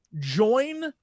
join